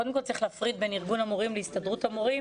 קודם כל צריך להפריד בין ארגון המורים להסתדרות המורים